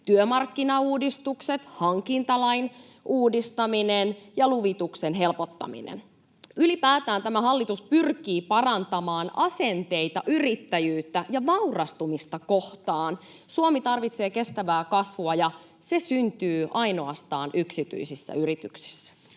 työmarkkinauudistukset, hankintalain uudistaminen ja luvituksen helpottaminen. Ylipäätään tämä hallitus pyrkii parantamaan asenteita yrittäjyyttä ja vaurastumista kohtaan. Suomi tarvitsee kestävää kasvua, ja se syntyy ainoastaan yksityisissä yrityksissä.